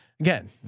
again